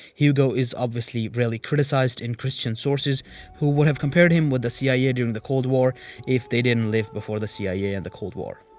hugo is obviously really criticized in christian sources who would have compared him with the cia during the cold war if they didn't live before the cia and the cold war.